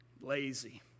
lazy